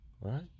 right